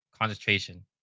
concentration